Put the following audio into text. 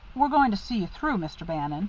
we're going to see you through, mr. bannon